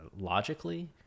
logically